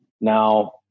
Now